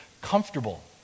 comfortable